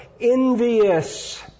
envious